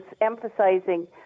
emphasizing